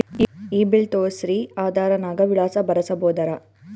ಈ ಬಿಲ್ ತೋಸ್ರಿ ಆಧಾರ ನಾಗ ವಿಳಾಸ ಬರಸಬೋದರ?